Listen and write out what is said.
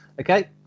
Okay